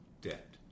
debt